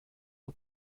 are